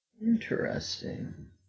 Interesting